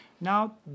Now